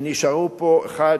שנשארו פה אחד,